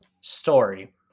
story